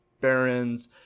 barons